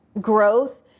growth